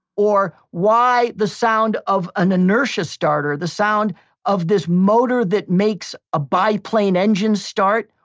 or, why the sound of an inertia starter, the sound of this motor that makes a biplane engine start,